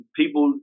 people